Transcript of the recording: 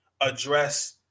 address